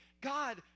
God